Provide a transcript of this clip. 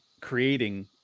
creating